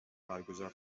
برگزار